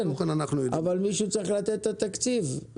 אבל מישהו צריך לתת את התקציב.